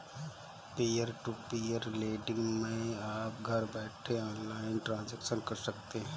peer to peer lending मै आप घर बैठे ऑनलाइन ट्रांजेक्शन कर सकते है